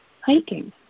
hiking